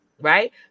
Right